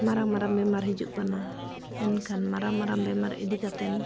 ᱢᱟᱨᱟᱝ ᱢᱟᱨᱟᱝ ᱵᱮᱢᱟᱨ ᱦᱤᱡᱩᱜ ᱠᱟᱱᱟ ᱮᱱᱠᱷᱟᱱ ᱢᱟᱨᱟᱝ ᱢᱟᱨᱟᱝ ᱵᱮᱢᱟᱨ ᱤᱫᱤ ᱠᱟᱛᱮᱱ